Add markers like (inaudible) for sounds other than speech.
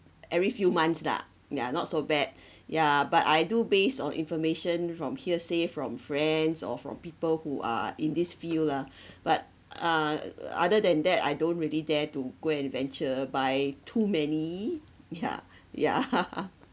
every few months lah they are not so bad yeah but I do base on information from hearsay from friends or from people who are in this field ah but uh (noise) other than that I don't really dare to go and venture buy too many ya (laughs) ya (laughs)